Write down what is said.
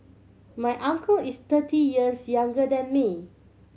my uncle is thirty years younger than me